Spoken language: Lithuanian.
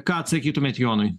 ką atsakytumėt jonui